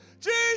jesus